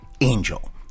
angel